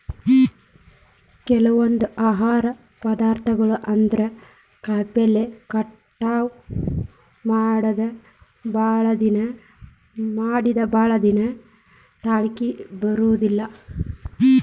ಕೆಲವೊಂದ ಆಹಾರ ಪದಾರ್ಥಗಳು ಅಂದ್ರ ಕಾಯಿಪಲ್ಲೆ ಕಟಾವ ಮಾಡಿಂದ ಭಾಳದಿನಾ ತಾಳಕಿ ಬರುದಿಲ್ಲಾ